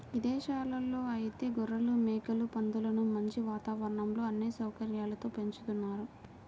ఇదేశాల్లో ఐతే గొర్రెలు, మేకలు, పందులను మంచి వాతావరణంలో అన్ని సౌకర్యాలతో పెంచుతున్నారు